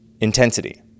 intensity